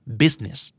business